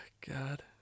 God